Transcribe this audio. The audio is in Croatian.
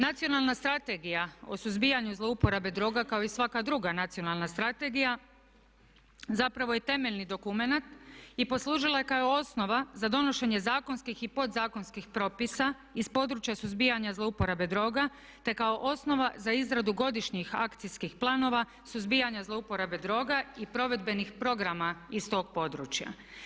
Nacionalna strategija o suzbijanju zlouporabe droga kao i svaka druga nacionalna strategija zapravo je temeljni dokumenat i poslužila je kao osnova za donošenje zakonskih i podzakonskih propisa iz područja suzbijanja zlouporabe droga te kao osnova za izradu godišnjih akcijskih planova suzbijanja zlouporabe droga i provedbenih programa iz tog područja.